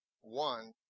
One